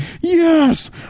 Yes